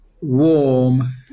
warm